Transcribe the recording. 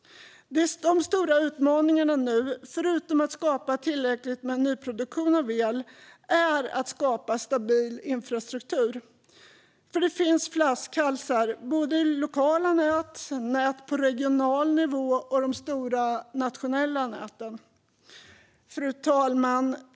Den stora utmaningen nu, förutom att skapa tillräckligt med nyproduktion av el, är att skapa stabil infrastruktur. För det finns flaskhalsar, både i lokala nät, i nät på regional nivå och i de stora nationella näten. Fru talman!